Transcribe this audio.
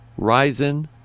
Ryzen